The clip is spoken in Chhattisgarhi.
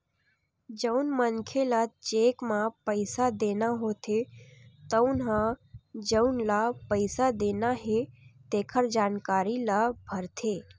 जउन मनखे ल चेक म पइसा देना होथे तउन ह जउन ल पइसा देना हे तेखर जानकारी ल भरथे